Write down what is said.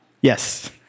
Yes